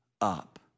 up